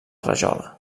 rajola